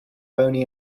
have